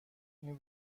این